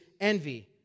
envy